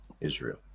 Israel